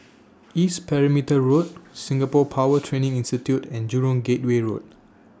East Perimeter Road Singapore Power Training Institute and Jurong Gateway Road